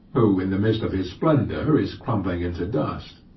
who in the midst of his splendor is crumbling into dust!